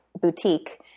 boutique